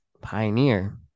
Pioneer